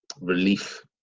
relief